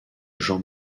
jean